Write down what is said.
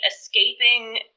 escaping